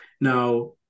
Now